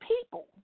people